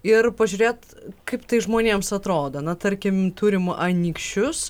ir pažiūrėt kaip tai žmonėms atrodo na tarkim turim anykščius